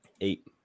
Eight